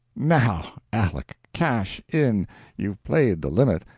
now, aleck, cash in you've played the limit.